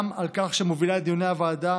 וגם על כך שהיא מובילה את דיוני הוועדה,